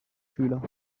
schüler